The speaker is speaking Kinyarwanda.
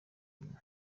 nyuma